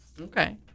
Okay